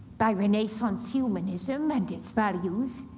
by renaissance humanism and its values.